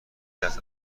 دست